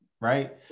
right